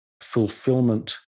Fulfillment